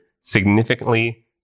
significantly